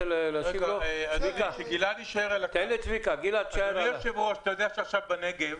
אדוני היושב-ראש, אתה יודע שעכשיו בנגב